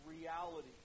reality